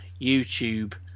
YouTube